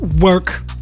work